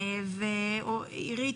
עירית,